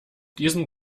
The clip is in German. diesem